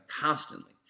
constantly